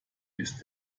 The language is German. ist